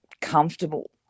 comfortable